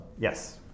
Yes